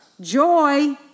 Joy